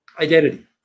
Identity